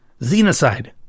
Xenocide